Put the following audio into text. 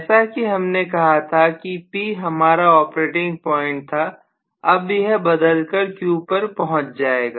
जैसा कि हमने कहा था कि P हमारा ऑपरेटिंग पॉइंट था अब यह बदल कर Q पर पहुंच जाएगा